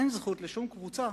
אין זכות לשום קבוצה